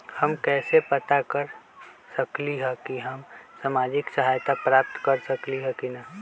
हम कैसे पता कर सकली ह की हम सामाजिक सहायता प्राप्त कर सकली ह की न?